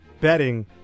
betting